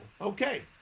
Okay